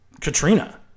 Katrina